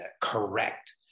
correct